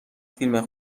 فیلم